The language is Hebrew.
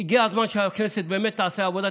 והגיע הזמן שהכנסת באמת תעשה עבודה,